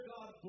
God